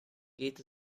geht